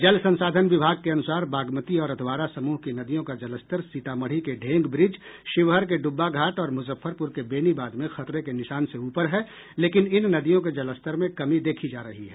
जल संसाधन विभाग के अनुसार बागमती और अधवारा समूह की नदियों का जलस्तर सीतामढ़ी के ढेंग ब्रिज शिवहर के ड्ब्बा घाट और मुजफ्फरपुर के बेनीबाद में खतरे के निशान से ऊपर है लेकिन इन नदियों के जलस्तर में कमी देखी जा रही है